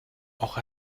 auch